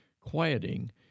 quieting